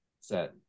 set